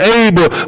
able